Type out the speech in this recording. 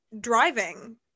driving